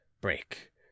break